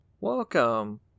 Welcome